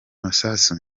masasu